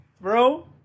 bro